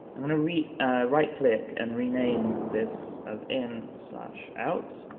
i'm gonna right right click, and rename this as in, slash out.